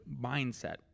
mindset